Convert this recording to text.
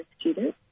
students